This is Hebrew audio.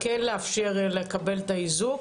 כן לאפשר לקבל את האיזוק